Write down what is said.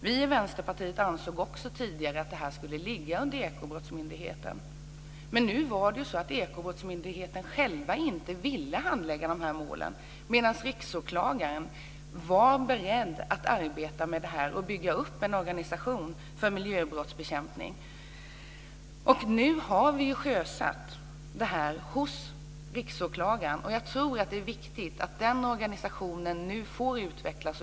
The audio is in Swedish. Vi i Vänsterpartiet ansåg också tidigare att den skulle ligga under Ekobrottsmyndigheten. Men Ekobrottsmyndigheten själv ville inte handlägga de här målen, medan Riksåklagaren var beredd att arbeta med dem och bygga upp en organisation för miljöbrottsbekämpning. Nu har vi sjösatt detta hos Riksåklagaren. Jag tror att det är viktigt att den organisationen nu får utvecklas.